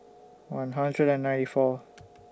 one hundred and ninety four